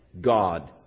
God